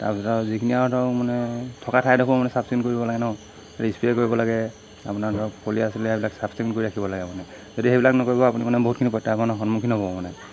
তাৰপিছত আৰু যিখিনি আৰু ধৰক মানে থকা ঠাইডোখৰো মানে চাফ চিকুণ কৰিব লাগে ন স্প্ৰে' কৰিব লাগে আপোনাৰ ধৰক পলিয়া চিলাই এইবিলাক চাফ চিকুণ কৰি ৰাখিব লাগে মানে যদি সেইবিলাক নকৰিব আপুনি মানে বহুতখিনি প্ৰত্যাহ্বানৰ কাৰণে সন্মুখীন হ'ব মানে